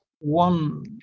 One